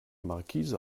markise